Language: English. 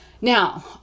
Now